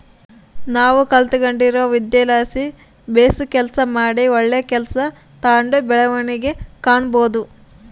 ನಾವು ಕಲಿತ್ಗಂಡಿರೊ ವಿದ್ಯೆಲಾಸಿ ಬೇಸು ಕೆಲಸ ಮಾಡಿ ಒಳ್ಳೆ ಕೆಲ್ಸ ತಾಂಡು ಬೆಳವಣಿಗೆ ಕಾಣಬೋದು